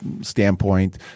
standpoint